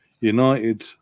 United